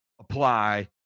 apply